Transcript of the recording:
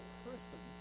person